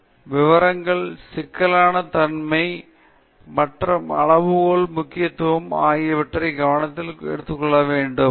எனவே விவரங்கள் சிக்கலான தன்மை மற்றும் அளவுகோலின் முக்கியத்துவம் ஆகியவற்றை கவனத்தில் எடுத்துக்கொள்ள வேண்டும்